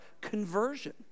conversion